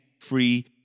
free